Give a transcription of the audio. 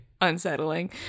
unsettling